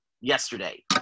yesterday